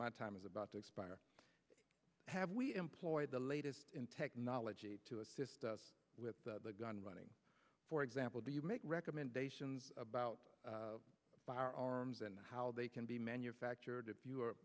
my time is about to expire have we employ the latest in technology to assist us with gun running for example do you make recommendations about firearms and how they can be manufactured if you are